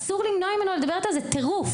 אסור למנוע ממנו לדבר איתה, זה טירוף.